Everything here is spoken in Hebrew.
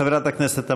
חברת הכנסת תמנו-שטה,